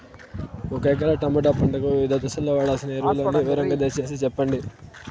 ఒక ఎకరా టమోటా పంటకు వివిధ దశల్లో వాడవలసిన ఎరువులని వివరంగా దయ సేసి చెప్పండి?